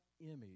image